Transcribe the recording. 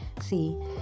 See